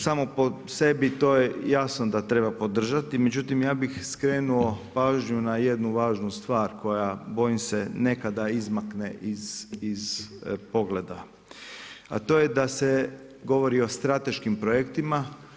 Samo po sebi to je jasno da treba podržati, međutim ja bih skrenuo pažnju na jednu važnu stvar koja bojim se nekada izmakne iz pogleda, a to je da se govori o strateškim projektima.